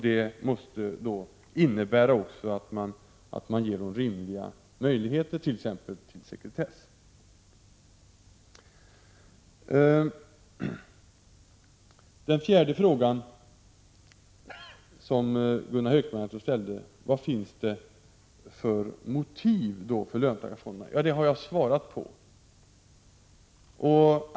Det måste också innebära att man ger dem rimliga möjligheter exempelvis till sekretess. Den fjärde fråga som Gunnar Hökmark ställde gällde vilka motiv som finns för löntagarfonderna. Det har jag svarat på.